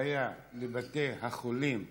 הנחיה לבתי החולים בארץ,